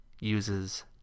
uses